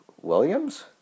Williams